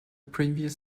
previous